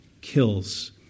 kills